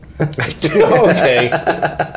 Okay